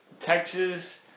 Texas